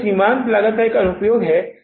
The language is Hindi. तो यह सीमांत लागत का एक और अनुप्रयोग है